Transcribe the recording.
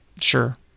sure